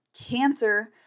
Cancer